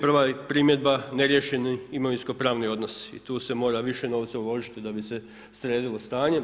Prva primjedba neriješeni imovinsko-pravni odnosi i tu se mora više novca uložiti da bi se sredilo stanje.